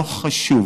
לא חשוב